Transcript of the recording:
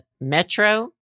metro